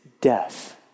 death